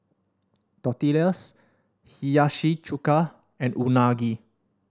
Tortillas Hiyashi Chuka and Unagi